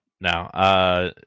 now